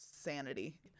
sanity